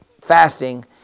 fasting